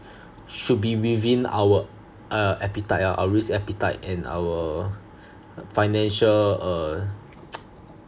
should be within our uh appetite uh our risk appetite and our financial uh